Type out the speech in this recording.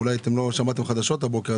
אולי לא שמעתם חדשות הבוקר,